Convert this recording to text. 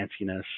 fanciness